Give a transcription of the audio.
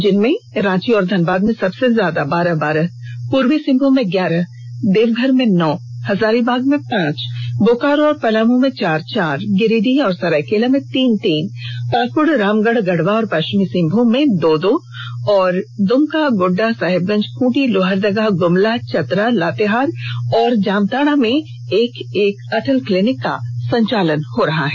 जिसमें रांची और धनबाद में सबसे ज्यादा बारह बारह पूर्वी सिंहभूम में ग्यारह देवघर में नौ हजारीबाग में पांच बोकारो और पलामू में चार चार गिरिडीह और सरायकेला में तीन तीन पाकुड़ रामगढ़ गढ़वा और पश्चिम सिंहभूम में दो दो और दुमका गोड्डा साहेबगंज खूंटी लोहरदगा गुमला चतेरा लातेहार और जामताड़ा में एक एक अटल क्लिनिक का संचालन हो रहा है